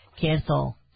cancel